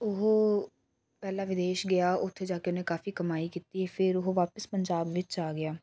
ਉਹ ਪਹਿਲਾਂ ਵਿਦੇਸ਼ ਗਿਆ ਉੱਥੇ ਜਾ ਕੇ ਉਹਨੇ ਕਾਫੀ ਕਮਾਈ ਕੀਤੀ ਫਿਰ ਉਹ ਵਾਪਸ ਪੰਜਾਬ ਵਿੱਚ ਆ ਗਿਆ